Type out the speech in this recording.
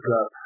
up